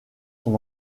son